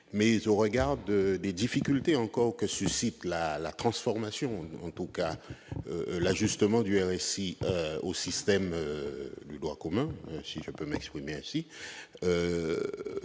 aussi au regard des difficultés que pose la transformation, ou en tout cas l'ajustement du RSI au système du droit commun, si je peux m'exprimer ainsi,